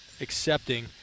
accepting –